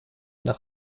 nach